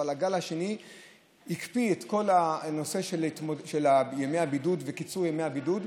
אבל הגל השני הקפיא את כל הנושא של קיצור ימי הבידוד,